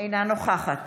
אינה נוכחת